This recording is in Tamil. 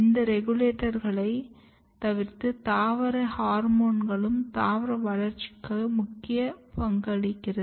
இந்த ரெகுலேட்டர்களை தவிர்த்து தாவர ஹோர்மோன்களும் தாவர வளர்ச்சிக்காக முக்கிய பங்களிக்கிறது